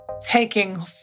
taking